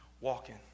walking